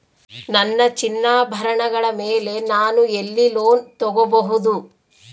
ನನ್ನ ಚಿನ್ನಾಭರಣಗಳ ಮೇಲೆ ನಾನು ಎಲ್ಲಿ ಲೋನ್ ತೊಗೊಬಹುದು?